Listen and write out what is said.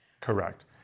Correct